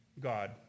God